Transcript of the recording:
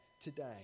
today